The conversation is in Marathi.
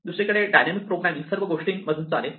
दुसरीकडे डायनॅमिक प्रोग्रामिंग सर्व गोष्टींमधून चालेल